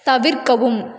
தவிர்க்கவும்